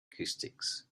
acoustics